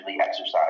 exercise